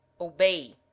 obey